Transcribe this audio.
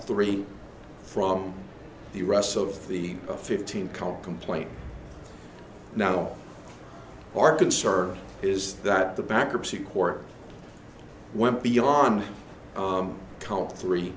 three from the rest of the fifteen can't complain now our concern is that the bankruptcy court went beyond column three